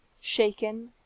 shaken